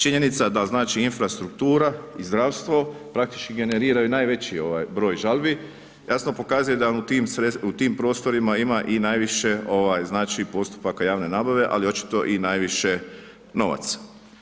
Činjenica da, znači, infrastruktura i zdravstvo, praktički generiraju najveći broj žalbi, jasno pokazuje da u tim prostorima ima i najviše, znači, postupaka javne nabave, ali očito i najviše novaca.